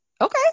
Okay